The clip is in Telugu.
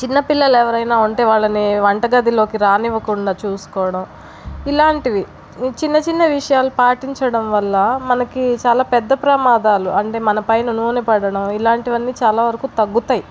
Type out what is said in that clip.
చిన్న పిల్లలు ఎవరైనా ఉంటే వాళ్ళని వంట గదిలోకి రానివ్వకుండా చూసుకోవడం ఇలాంటివి ఈ చిన్న చిన్న విషయాలు పాటించడం వల్ల మనకి చాలా పెద్ద ప్రమాదాలు అంటే మనపైన నూనె పడడం ఇలాంటివన్నీ చాలా వరకు తగ్గుతాయ్